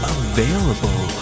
available